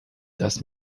das